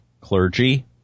clergy